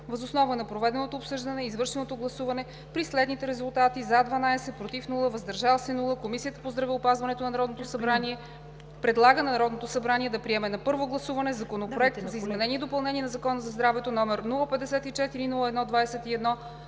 Въз основа на проведеното обсъждане и извършеното гласуване при следните резултати: 12 гласа „за“, „против“ и „въздържал се“ няма, Комисията по здравеопазването предлага на Народното събрание да приеме на първо гласуване Законопроект за изменение и допълнение на Закона за здравето, № 054-01-21,